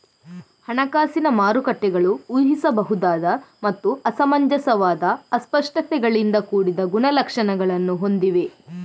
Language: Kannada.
ಹಣಕಾಸಿನ ಮಾರುಕಟ್ಟೆಗಳು ಊಹಿಸಬಹುದಾದ ಮತ್ತು ಅಸಮಂಜಸವಾದ ಅಸ್ಪಷ್ಟತೆಗಳಿಂದ ಕೂಡಿದ ಗುಣಲಕ್ಷಣಗಳನ್ನು ಹೊಂದಿವೆ